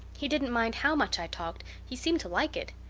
he didn't mind how much i talked he seemed to like it.